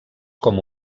com